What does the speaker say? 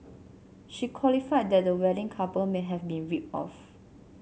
she qualified that the wedding couple may have been ripped off